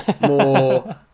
more